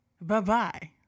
bye-bye